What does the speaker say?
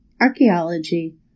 archaeology